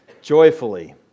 joyfully